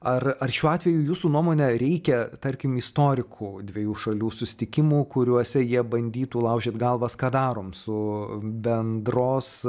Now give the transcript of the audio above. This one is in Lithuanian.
ar ar šiuo atveju jūsų nuomone reikia tarkim istorikų dviejų šalių susitikimų kuriuose jie bandytų laužyt galvas ką darom su bendros